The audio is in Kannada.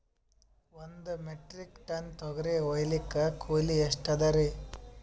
ಒಂದ್ ಮೆಟ್ರಿಕ್ ಟನ್ ತೊಗರಿ ಹೋಯಿಲಿಕ್ಕ ಕೂಲಿ ಎಷ್ಟ ಅದರೀ?